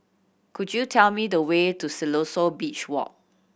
could you tell me the way to Siloso Beach Walk